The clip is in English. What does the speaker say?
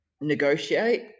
negotiate